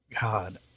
god